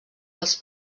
dels